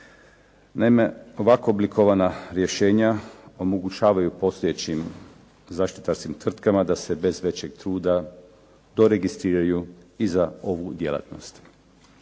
Naime, ovako oblikovana rješenja omogućavaju postojećim zaštitarskim tvrtkama da se bez većeg truda doregistriraju i za ovu djelatnost.